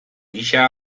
gisa